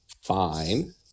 fine